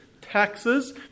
taxes